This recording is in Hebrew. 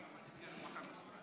אישי.